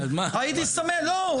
הייתי שמח לא,